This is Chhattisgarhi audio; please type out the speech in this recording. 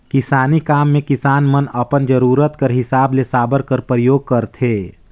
किसानी काम मे किसान मन अपन जरूरत कर हिसाब ले साबर कर परियोग करथे